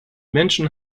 menschen